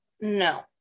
no